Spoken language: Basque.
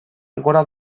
gora